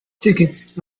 tickets